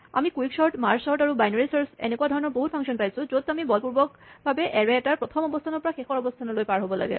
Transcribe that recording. আমি quick sort merge sort আৰু binary search এনেকুৱা ধৰণৰ বহুত ফাংচন পাইছোঁ য'ত আমি বলপূৰ্বকভাৱে এৰে এটাৰ প্ৰথম অৱস্হানৰ পৰা শেষৰ অৱস্হানলৈ পাৰ হ'ব লাগে